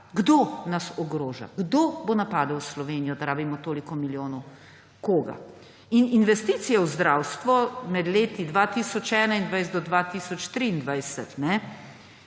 Kdo nas ogroža? Kdo bo napadel Slovenijo, da rabimo toliko milijonov? Koga? In investicije v zdravstvo med leti 2021 do 2023